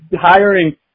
hiring